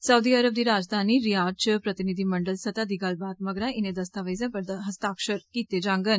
सऊदी Arab दी राजघानी Riyadh च प्रतिनिधिमंडल सतह् दी गल्लबात मगरा इनें दस्तावेजें पर दस्तखत कीते जांगन